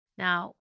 Now